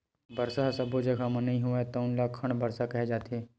बरसा ह सब्बो जघा म नइ होवय तउन ल खंड बरसा केहे जाथे